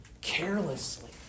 carelessly